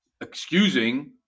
excusing